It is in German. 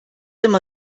immer